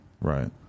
Right